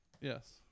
Yes